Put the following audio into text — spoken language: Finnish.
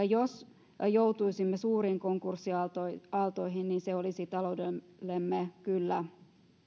jos joutuisimme suuriin konkurssiaaltoihin niin se olisi taloudellemme